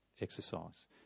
exercise